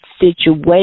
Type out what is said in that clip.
situation